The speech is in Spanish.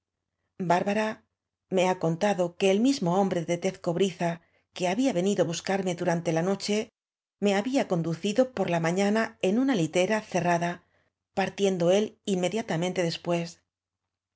bárbara me ha contado que el mismo hombre de tez cobriza que había venido á bus carme durante la noche me había conducido por la ma fiana en una litera cerrada partien do él inmediatamente después